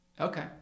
Okay